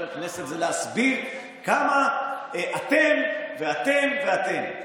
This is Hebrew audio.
כנסת זה להסביר כמה "אתם ואתם ואתם".